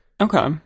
Okay